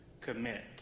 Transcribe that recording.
commit